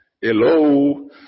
Hello